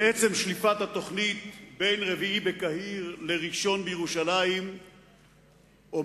לעצם שליפת התוכנית בין רביעי בקהיר לראשון בירושלים אומר